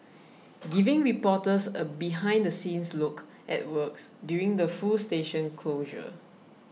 giving reporters a behind the scenes look at works during the full station closure